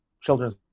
children's